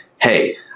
hey